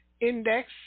Index